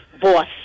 Boss